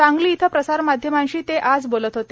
सांगली येथे प्रसार माध्यमांशी ते आज बोलत होते